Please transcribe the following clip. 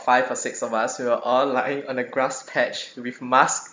five or six of us we were all lying on a grass patch with mask